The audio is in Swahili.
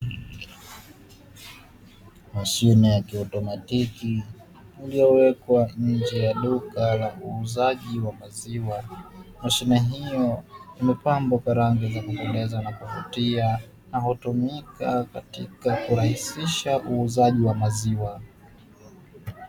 Mashine ya kiotomatiki uliowekwa nje ya duka la uuzaji wa maziwa, mashine hiyo imepambwa karange za kupoteza na kuvutia na hutumika katika kurahisisha uuzaji wa maziwa.